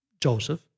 Joseph